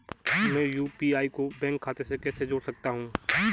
मैं यू.पी.आई को बैंक खाते से कैसे जोड़ सकता हूँ?